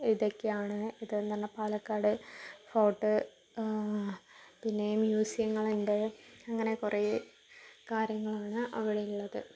ഇതൊക്കെയാണ് ഇതെന്ന് പറഞ്ഞാൽ പാലക്കാട് ഫോർട്ട് പിന്നെ മ്യൂസിയങ്ങളുണ്ട് അങ്ങനെ കുറെ കാര്യങ്ങളാണ് അവിടെയുള്ളത്